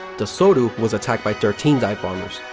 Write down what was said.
the soryu was attacked by thirteen dive-bombers.